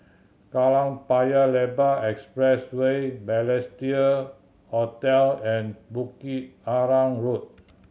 Kallang Paya Lebar Expressway Balestier Hotel and Bukit Arang Road